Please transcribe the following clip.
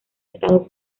estados